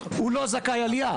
הוא לא זכאי עלייה,